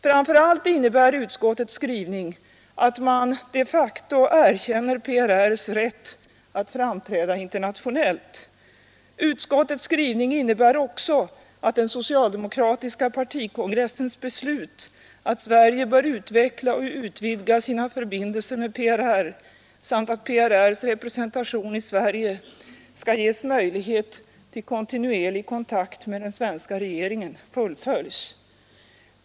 Framför allt innebär utskottets skrivning att man de facto erkänner PRR:s rätt att framträda internationellt. Utskottets skrivning innebär också att den socialdemokratiska partikongressens beslut att Sverige bör utveckla och utvidga sina 412 förbindelser med PRR samt att PRR:s representation i Sverige skall ges möjlighet till kontinuerlig kontakt med den svenska regeringen fullföljs.